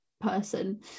person